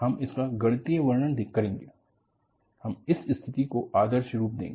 हम इसका गणितिय वर्णन करेंगे और हम इस स्थिति को आदर्श रूप देंगे